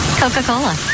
Coca-Cola